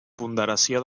ponderació